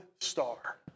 star